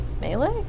melee